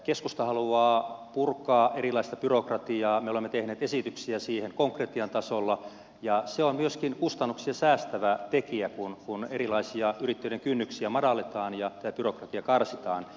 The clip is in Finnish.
keskusta haluaa purkaa erilaista byrokratiaa me olemme tehneet esityksiä siihen konkretian tasolla ja se on myöskin kustannuksia säästävä tekijä kun erilaisia yrittäjyyden kynnyksiä madalletaan ja byrokratia karsitaan